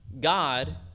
God